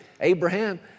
Abraham